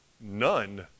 none